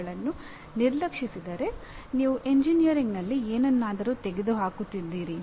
ಇವುಗಳನ್ನು ನಿರ್ಲಕ್ಷಿಸಿದರೆ ನೀವು ಎಂಜಿನಿಯರಿಂಗ್ನಲ್ಲಿ ಏನನ್ನಾದರೂ ತೆಗೆದುಹಾಕುತ್ತಿದ್ದೀರಿ